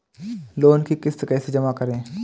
Loan की किश्त कैसे जमा करें?